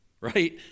right